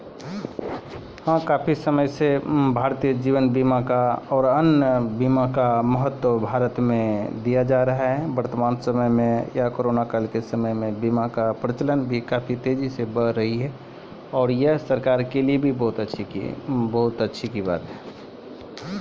भारतो मे बीमा के महत्व ओतना नै छै जेतना कि विदेशो मे छै